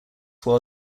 while